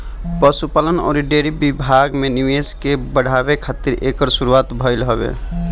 पशुपालन अउरी डेयरी विभाग में निवेश के बढ़ावे खातिर एकर शुरुआत भइल हवे